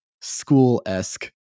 school-esque